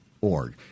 org